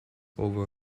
over